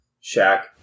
shack